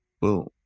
boom